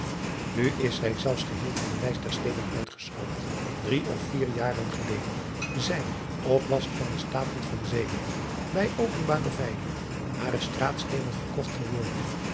u is zij zelfs geheel van de lijst der steden uitgeschrapt rie of vier jaren geleden zijn op last van de taten van eeland bij openbare veiling hare straatsteenen verkocht geworden